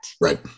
Right